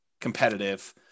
competitive